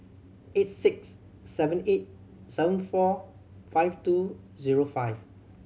eight six seven eight seven four five two zero five